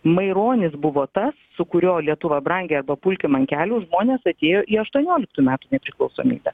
maironis buvo tas su kurio lietuva brangia arba pulkim ant kelių žmonės atėjo į aštuonioliktų metų nepriklausomybę